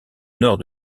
nord